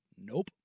Nope